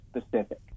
specific